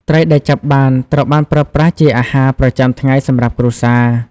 ត្រីដែលចាប់បានត្រូវបានប្រើប្រាស់ជាអាហារប្រចាំថ្ងៃសម្រាប់គ្រួសារ។